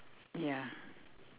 ya